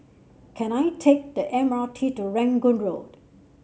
can I take the M R T to Rangoon Road